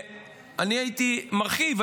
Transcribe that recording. אני הייתי מרחיב,